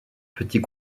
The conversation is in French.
petit